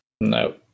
No